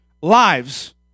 lives